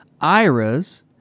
IRAs